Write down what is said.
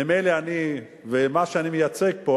ממילא אני ומה שאני מייצג פה,